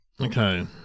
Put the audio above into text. Okay